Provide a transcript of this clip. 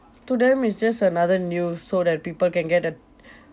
to them it's just another news so that people can get att~